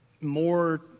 more